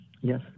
Yes